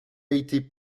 été